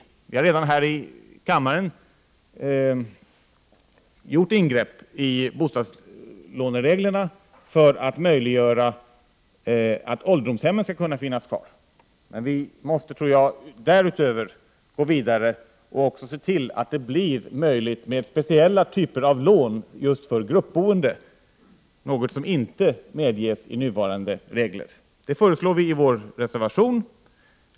Här i kammaren har vi redan gjort ingrepp beträffande bostadslånereglerna för att göra det möjligt att ha kvar ålderdomshemmen. Men jag tror att vi måste gå vidare och se till att det blir möjligt att ge speciella lån just för gruppboende, något som de nuvarande reglerna inte tillåter. Detta föreslår vi i vår reservation.